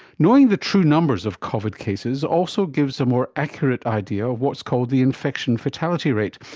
knowing the true numbers of covid cases also gives a more accurate idea of what's called the infection fatality rate,